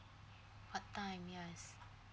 part time yes